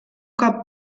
cop